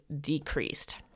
decreased